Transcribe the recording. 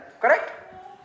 Correct